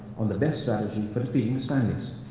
on the best strategy for defeating the spaniards.